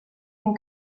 den